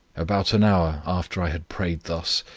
about an hour, after i had prayed thus,